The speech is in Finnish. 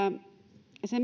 se